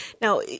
Now